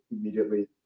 immediately